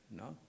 no